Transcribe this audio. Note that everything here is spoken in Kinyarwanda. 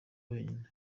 wenyine